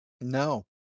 No